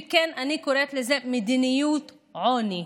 וכן, אני קוראת לזה "מדיניות עוני".